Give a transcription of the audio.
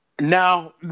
now